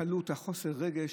הקלות וחוסר הרגש